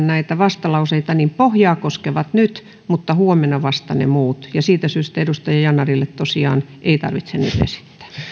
näitä vastalauseita esitetään niin pohjaa koskevat nyt mutta huomenna vasta ne muut ja siitä syystä edustaja yanarille tosiaan ei tarvitse nyt esittää